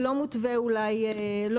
אולי לא מותווה בחוק.